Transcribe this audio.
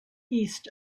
east